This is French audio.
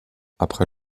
après